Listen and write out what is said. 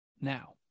now